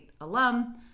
alum